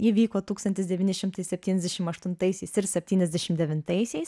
ji vyko tūkstantis devyni šimtai septyniasdešim aštuntaisiais ir septyniasdešim devintaisiais